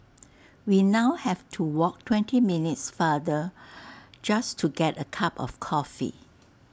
we now have to walk twenty minutes farther just to get A cup of coffee